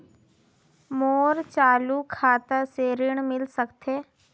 मोर चालू खाता से ऋण मिल सकथे?